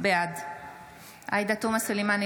בעד עאידה תומא סלימאן,